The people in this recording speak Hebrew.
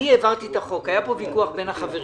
אני העברתי את החוק היה פה ויכוח בין החברים.